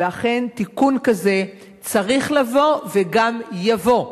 ואכן תיקון כזה צריך לבוא וגם יבוא.